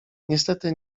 niestety